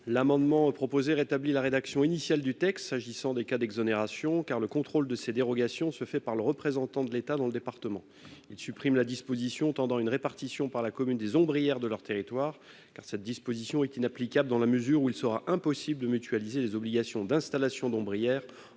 L'amendement proposé rétablit la rédaction initiale du texte, s'agissant des cas d'exonération car le contrôle de ces dérogations se fait par le représentant de l'État dans le département, il supprime la disposition tendant une répartition par la commune des ombrière de leur territoire, car cette disposition est inapplicable dans la mesure où il sera impossible de mutualiser les obligations d'installation d'ombre